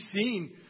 seen